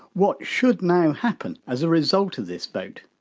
what should now happen as a result of this vote!